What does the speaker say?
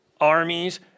armies